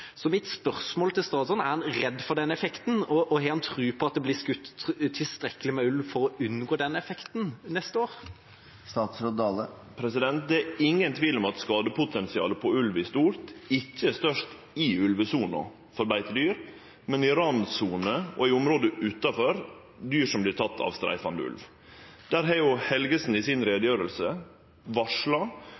Mitt spørsmål til statsråden er: Er han redd for den effekten, og har han tro på at det blir skutt tilstrekkelig med ulv for å unngå den effekten neste år? Det er ingen tvil om at skadepotensialet til ulv i stort ikkje er størst i ulvesona for beitedyr, men i randsonene og i området utanfor, der dyr vert tekne av streifande ulv. Der har Helgesen i orienteringa si varsla